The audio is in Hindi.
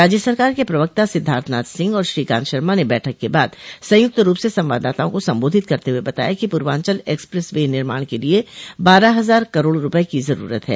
राज्य सरकार के प्रवक्ता सिद्धार्थनाथ सिंह और श्रीकांत शर्मा ने बैठक के बाद संयुक्त रूप से संवाददाताओं को सम्बोधित करते हुए बताया कि पूर्वांचल एक्सप्रेस वे निर्माण के लिए बारह हजार करोड़ रूपये की जरूरत है